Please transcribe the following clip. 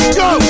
go